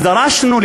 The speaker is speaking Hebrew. אז דרשנו,